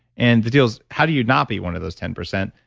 and the deal is how do you not be one of those ten percent,